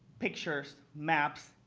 pictures, maps,